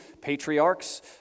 patriarchs